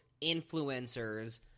influencers